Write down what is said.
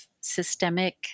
systemic